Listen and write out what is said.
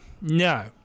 no